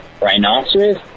Rhinoceros